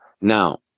Now